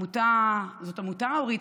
זו עמותה, אורית?